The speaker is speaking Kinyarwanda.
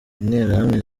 interahamwe